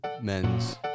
Men's